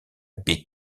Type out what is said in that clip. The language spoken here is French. beat